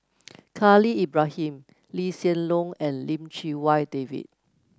Khalil Ibrahim Lee Hsien Loong and Lim Chee Wai David